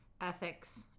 ethics